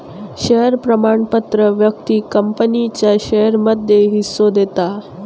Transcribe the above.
share प्रमाणपत्र व्यक्तिक कंपनीच्या शेयरमध्ये हिस्सो देता